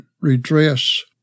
redress